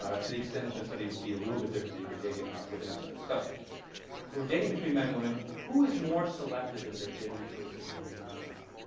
ah to the extent it's been studied, would be a little bit different if you're dating within a sex. so if we're dating between men and women, who is more selective in their dating choices do you think?